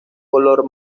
color